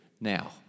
now